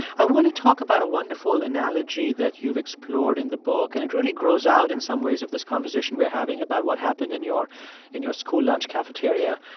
i want to talk about a wonderful analogy that you've explored in the book, and it really grows out in some ways of this conversation we're having about what happened in your in your school lunch cafeteria.